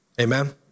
Amen